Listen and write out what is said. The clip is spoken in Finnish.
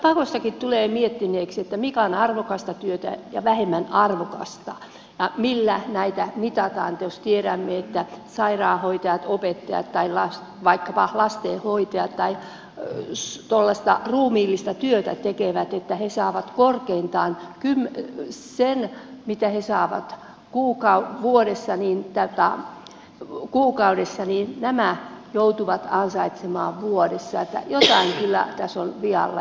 pakostakin tulee miettineeksi että mikä on arvokasta työtä ja mikä vähemmän arvokasta ja millä näitä mitataan jos tiedämme että sairaanhoitajat opettajat tai vaikkapa lastenhoitajat tai tuollaista ruumiillista työtä tekevät saavat vuodessa korkeintaan sen mitä nämä saavat kuukauden vuodessa niin käy taa kuukaudessa niin että jotain kyllä tässä on vialla